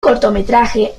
cortometraje